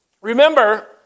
Remember